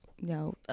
no